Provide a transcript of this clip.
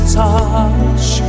touch